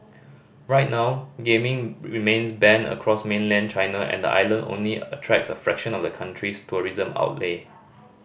right now gaming remains banned across mainland China and the island only attracts a fraction of the country's tourism outlay